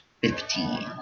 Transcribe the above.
Fifteen